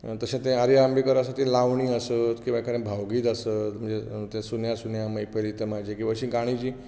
तशें तें आर्या आबेंकर आसा तें लावणी आसत केन्ना केन्ना भावगीत आसत तें सुन्या सुन्या मैफीलींत म्हाज्या किंवा अशीं गाणीं